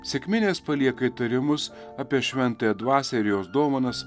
sekminės palieka įtarimus apie šventąją dvasią ir jos dovanas